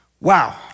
wow